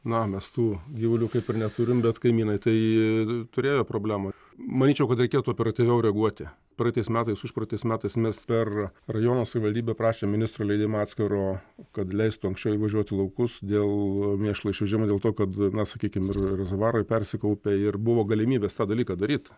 na mes tų gyvulių kaip ir neturim bet kaimynai tai turėjo problemų manyčiau kad reikėtų operatyviau reaguoti praeitais metais užpraeitais metais mes per rajono savivaldybę prašėm ministro leidimo atskiro kad leistų anksčiau įvažiuot į laukus dėl mėšlo išvežimo dėl to kad na sakykim rezervuarai persikaupė ir buvo galimybės tą dalyką daryt